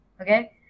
okay